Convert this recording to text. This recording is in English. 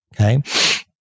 Okay